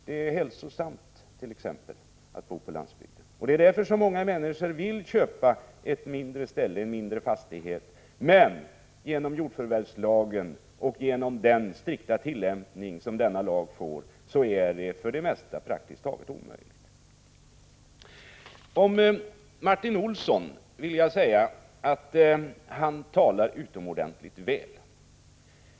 Det är t.ex. hälsosamt att bo på landsbygden. Därför vill många människor köpa en mindre fastighet, men genom jordförvärvslagen och genom den strikta tillämpning som denna lag får är detta för det mesta praktiskt taget omöjligt. Martin Olsson talar utomordentligt väl.